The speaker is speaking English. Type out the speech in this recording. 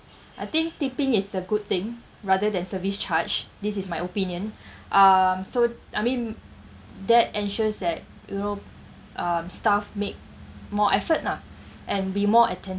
I think tipping it's a good thing rather than service charge this is my opinion um so I mean that ensures that you know um staff make more effort ah and be more attentive